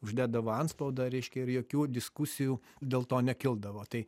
uždėdavo antspaudą reiškia ir jokių diskusijų dėl to nekildavo tai